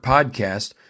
Podcast